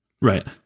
right